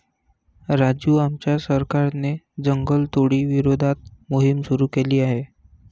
राजू आमच्या सरकारने जंगलतोडी विरोधात मोहिम सुरू केली आहे